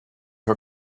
her